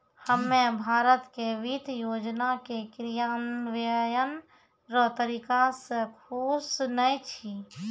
हम्मे भारत के वित्त योजना के क्रियान्वयन रो तरीका से खुश नै छी